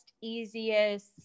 easiest